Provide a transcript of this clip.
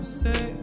say